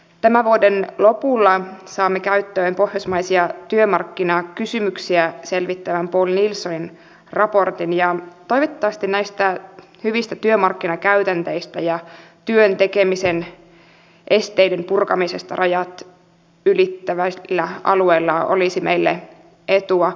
tämän vuoden lopulla saamme käyttöön pohjoismaisia työmarkkinakysymyksiä selvittävän poul nielsonin raportin ja toivottavasti näistä hyvistä työmarkkinakäytänteistä ja työn tekemisen esteiden purkamisesta rajat ylittävällä alueella olisi meille etua